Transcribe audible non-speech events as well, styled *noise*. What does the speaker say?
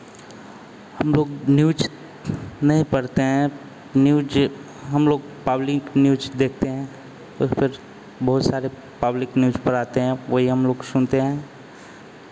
हम लोग न्यूज़ में पढ़ते हैं न्यूज़ हम लोग पब्लिक न्यूज़ देखते हैं *unintelligible* बहुत सारे पब्लिक न्यूज़ पढ़ाते हैं वही हम लोग सुनते हैं